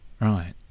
Right